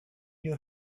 you